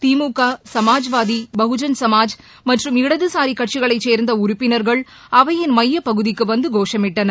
திமுக கமாஜ்வாதி பகுஜன் கமாஜ் மற்றும் இடது சாரி கட்சிகளைச் சேர்ந்த உறுப்பினர்கள் அவையின் மையப் பகுதிக்கு வந்து கோஷமிட்டனர்